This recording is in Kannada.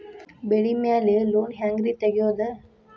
ಬೆಳಿ ಮ್ಯಾಲೆ ಲೋನ್ ಹ್ಯಾಂಗ್ ರಿ ತೆಗಿಯೋದ?